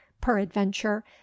peradventure